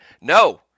No